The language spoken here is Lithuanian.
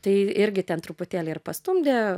tai irgi ten truputėlį ir pastumdė